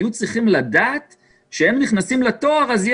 היו צריכים לדעת שכשהם נכנסים לתואר יהיה